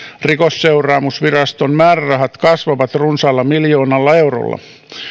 rikosseuraamusviraston määrärahat kasvavat runsaalla miljoonalla eurolla